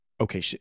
okay